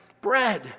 bread